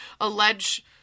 allege